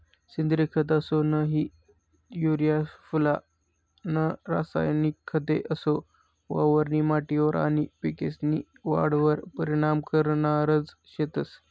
सेंद्रिय खत असो नही ते युरिया सुफला नं रासायनिक खते असो वावरनी माटीवर आनी पिकेस्नी वाढवर परीनाम करनारज शेतंस